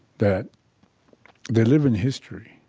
that they live in history.